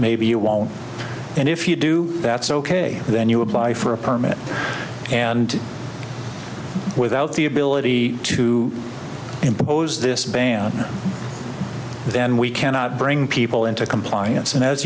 maybe you won't and if you do that's ok then you apply for a permit and without the ability to impose this ban then we cannot bring people into compliance and as